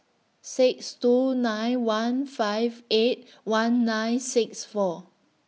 six two nine one five eight one nine six four